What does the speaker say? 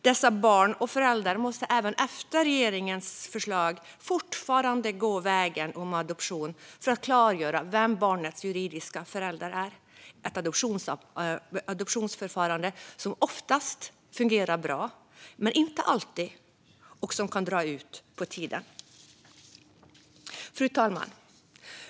Dessa barn och föräldrar måste med regeringens förslag fortfarande gå vägen via adoption för att klargöra vilka barnets juridiska föräldrar är. Ett adoptionsförfarande fungerar oftast bra, men inte alltid, och det kan dra ut på tiden. Fru talman!